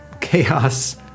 chaos